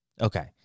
okay